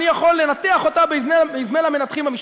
אני יכול לנתח אותה באזמל המנתחים המשפטי.